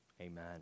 Amen